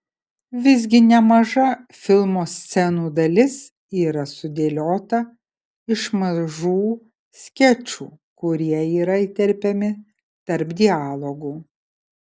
visgi nemaža filmo scenų dalis yra sudėliota iš mažų skečų kurie yra įterpiami tarp dialogų